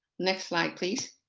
next slide please.